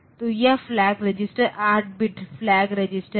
तो यह flag register 8 bit flag register है